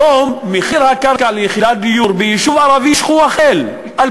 היום מחיר הקרקע ליחידת דיור ביישוב ערבי שכוח-אל,